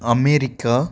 America